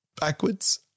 backwards